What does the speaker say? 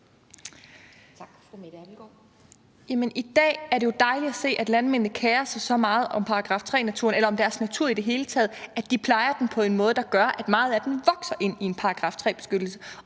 I dag er det jo dejligt at se, at landmændene kerer sig så meget om § 3-naturen – og om deres natur i det hele taget – at de plejer den på en måde, der gør, at meget af den vokser ind i en § 3-beskyttelse.